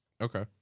okay